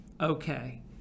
okay